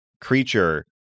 creature